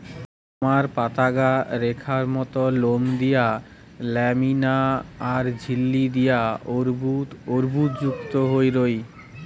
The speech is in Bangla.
সামার পাতাগা রেখার মত লোম দিয়া ল্যামিনা আর ঝিল্লি দিয়া অর্বুদ অর্বুদযুক্ত হই রয়